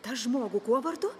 tą žmogų kuo vardu